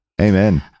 Amen